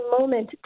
moment